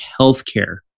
healthcare